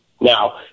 now